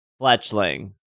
Fletchling